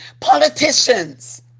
Politicians